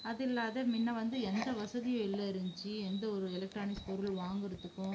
அது இல்லாத முன்ன வந்து எந்த வசதியும் இல்லை இருந்துச்சு எந்த ஒரு எலெக்ட்ரானிக்ஸ் பொருள் வாங்குகிறதுக்கும்